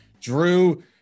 Drew